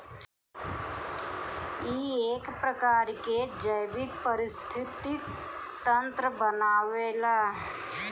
इ एक प्रकार के जैविक परिस्थितिक तंत्र बनावेला